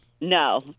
No